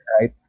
right